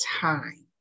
time